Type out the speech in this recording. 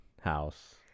house